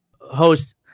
host